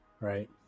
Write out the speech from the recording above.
right